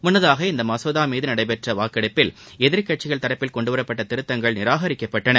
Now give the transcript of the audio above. முன்னதாக இம்மசோதா மீது நடைபெற்ற வாக்கெடுப்பில் எதிர்க்கட்சிகள் தரப்பில் கொண்டுவரப்பட்ட திருத்தங்கள் நிராகரிக்கப்பட்டன